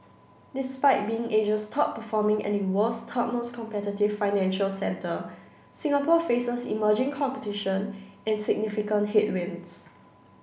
despite being Asia's top performing and the world's third most competitive financial centre Singapore faces emerging competition and significant headwinds